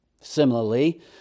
Similarly